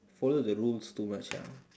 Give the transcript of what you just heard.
follow the rules too much ah